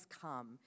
come